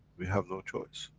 we have no choice.